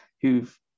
who've